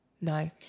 no